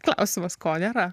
klausimas ko nėra